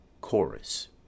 Chorus